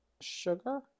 sugar